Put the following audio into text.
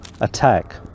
attack